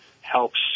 helps